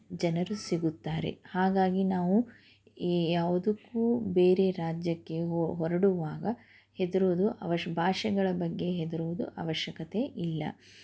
ಜನರು ಸಿಗುತ್ತಾರೆ ಹಾಗಾಗಿ ನಾವು ಯಾವುದಕ್ಕೂ ಬೇರೆ ರಾಜ್ಯಕ್ಕೆ ಹೊರಡುವಾಗ ಹೆದರೋದು ಅವಶ್ಯ ಭಾಷೆಗಳ ಬಗ್ಗೆ ಹೆದರೋದು ಅವಶ್ಯಕತೆ ಇಲ್ಲ